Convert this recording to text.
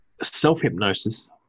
Self-hypnosis